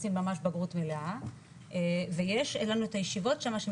הם עושים ממש בגרות מלאה ויש לנו את הישיבות שהם